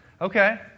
Okay